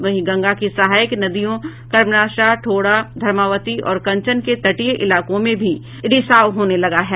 वहीं गंगा की सहायक नदियों कर्मनाशा ठोरा धर्मावती और कंचन के तटीय इलाको में भी पानी रिसाव होने लगा है